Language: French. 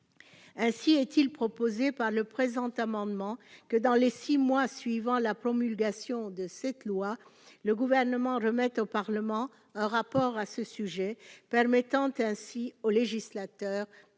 Ainsi est-il proposé par le présent amendement que dans les 6 mois suivant la promulgation de cette loi, le Gouvernement remette au Parlement un rapport à ce sujet, permettant ainsi au législateur